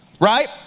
right